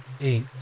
Eight